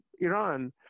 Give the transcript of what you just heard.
Iran